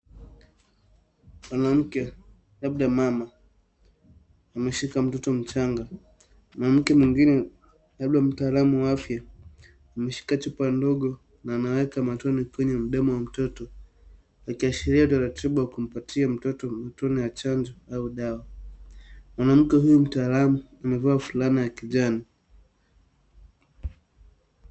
Mwanamke, labda mama ameshika mtoto mchanga. Mwanamke mwingine, labda mtaalamu wa afya, ameshika chupa ndogo na anaweka matone kwenye mdomo wa mtoto, akiashiria utaratibu wa kumpatia mtoto matone ya chanjo au dawa. Mwanamke huyu mtaalamu, amevaa fulana ya kijani.